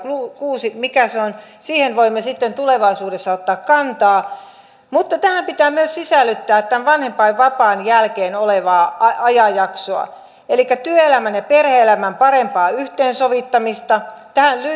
kuusi mikä se on siihen voimme sitten tulevaisuudessa ottaa kantaa mutta tähän pitää myös sisällyttää tämän vanhempainvapaan jälkeen olevaa ajanjaksoa elikkä työelämän ja perhe elämän parempaa yhteensovittamista tähän